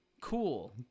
cool